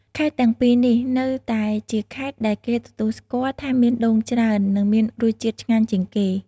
ខេត្តទាំងពីរនេះ នៅតែជាខេត្តដែលគេទទួលស្គាល់ថាមានដូងច្រើន និងមានរសជាតិឆ្ងាញ់ជាងគេ។